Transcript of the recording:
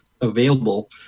available